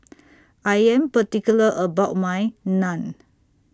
I Am particular about My Naan